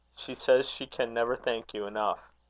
she says she can never thank you enough.